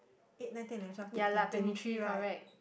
eight night ten eleven twelve thirteen twenty three right